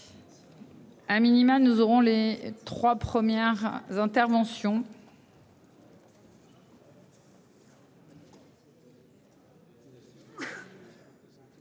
Un minima, nous aurons les trois premières interventions.